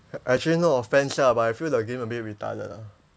actually no offence ah but I feel the game a bit retarded lah